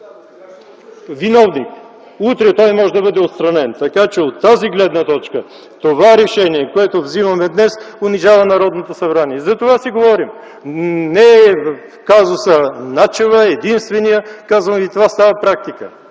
виновник. Утре той може да бъде отстранен. Така че от тази, гледна точка това решение, което вземаме днес, унижава Народното събрание. За това си говорим. „Казусът Начева” не е единственият. Казвам Ви – това става практика